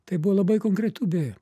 tai buvo labai konkretu beje